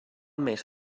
més